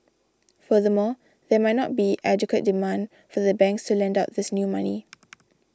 furthermore there might not be adequate demand for the banks to lend out this new money